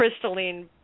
crystalline